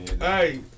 Hey